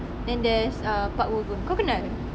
then there's ah park woo goon kau kenal